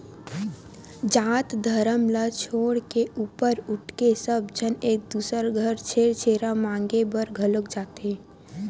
जात धरम ल छोड़ के ऊपर उठके सब झन एक दूसर घर छेरछेरा मागे बर घलोक जाथे